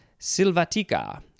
Silvatica